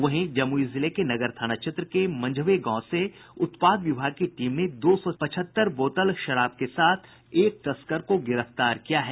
वहीं जमुई जिले के नगर थाना क्षेत्र के मंझवे गांव से उत्पाद विभाग की टीम ने दौ सौ पचहत्तर बोतल विदेशी शराब के साथ एक तस्कर को गिरफ्तार किया है